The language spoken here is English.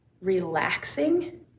relaxing